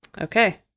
Okay